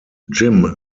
jim